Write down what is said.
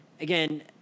Again